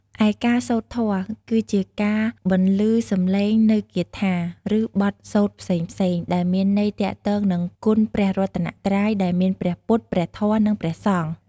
ឯការសូត្រធម៌ គឺជាការបន្លឺសម្លេងនូវគាថា ឬបទសូត្រផ្សេងៗ ដែលមានន័យទាក់ទងនឹងគុណព្រះរតនត្រ័យ ដែលមាន ព្រះពុទ្ធ ព្រះធម៌ និង ព្រះសង្ឃ។